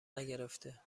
نگرفته